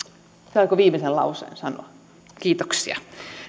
saanko viimeisen lauseen sanoa kiitoksia